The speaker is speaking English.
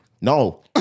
No